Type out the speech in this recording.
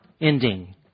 ending